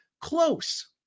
close